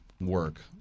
work